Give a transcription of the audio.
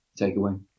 Takeaway